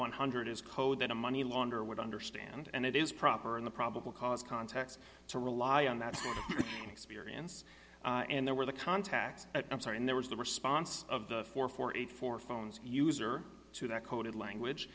one hundred is code that a money launderer would understand and it is proper in the probable cause context to rely on that sort of experience and there were the contacts i'm sorry and there was the response of the four for eight for phones user two that coded language